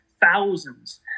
thousands